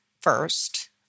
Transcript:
first